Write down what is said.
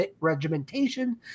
regimentation